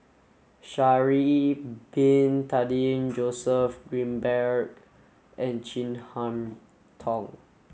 Sha'ari bin Tadin Joseph Grimberg and Chin Harn Tong